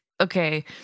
okay